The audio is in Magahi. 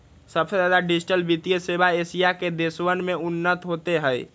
सबसे ज्यादा डिजिटल वित्तीय सेवा एशिया के देशवन में उन्नत होते हई